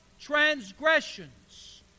transgressions